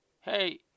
Hey